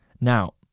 Now